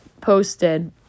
Posted